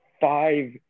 five